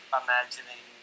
imagining